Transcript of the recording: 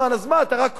אז מה, אתה רק אומר?